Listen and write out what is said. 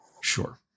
sure